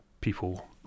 people